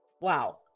Wow